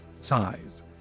size